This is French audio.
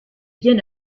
bien